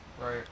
Right